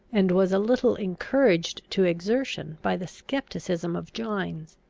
and was a little encouraged to exertion by the scepticism of gines.